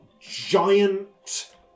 giant